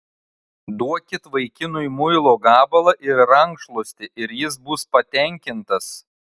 duokit vaikinui muilo gabalą ir rankšluostį ir jis bus patenkintas